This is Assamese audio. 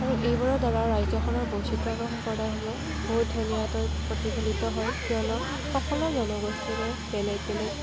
আৰু এইবোৰৰদ্বাৰা ৰাজ্যখনৰ বৈচিত্ৰময় সম্প্ৰদায়সমূহ বহুত ধুনীয়াকৈ প্ৰতিফলিত হয় কিয়নো সকলো জনগোষ্ঠীৰে বেলেগ বেলেগ